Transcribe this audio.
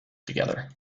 together